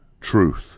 truth